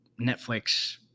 Netflix